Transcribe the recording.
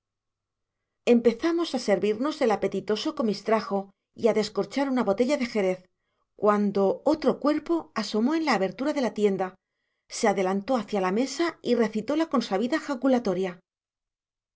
empezábamos a servirnos del apetitoso comistrajo y a descorchar una botella de jerez cuando otro cuerpo asomó en la abertura de la tienda se adelantó hacia la mesa y recitó la consabida